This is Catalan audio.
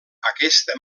aquesta